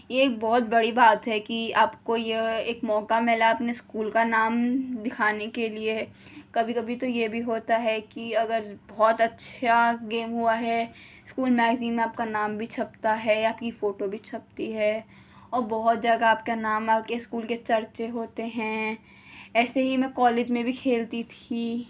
یہ ایک بہت بڑی بات ہے کہ آپ کو یہ ایک موقع ملا اپنے اسکول کا نام دکھانے کے لیے کبھی کبھی تو یہ بھی ہوتا ہے کہ اگر بہت اچھا گیم ہوا ہے اسکول میگزین میں آپ کا نام بھی چھپتا ہے آپ کی فوٹو بھی چھپتی ہے اور بہت جگہ آپ کا نام آپ کے اسکول کے چرچے ہوتے ہیں ایسے ہی میں کالج میں بھی کھیلتی تھی